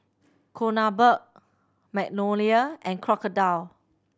Kronenbourg Magnolia and Crocodile